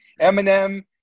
Eminem